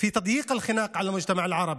בהידוק החבל על צווארה של החברה הערבית.